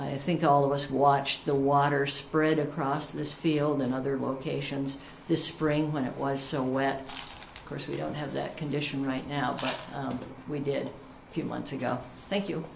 i think all of us watched the water spread across this field in other locations this spring when it was so wet course we don't have that condition right now but we did a few months ago thank you